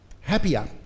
happier